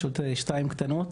יש עוד שתיים קטנות.